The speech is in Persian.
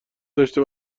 داشته